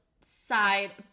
side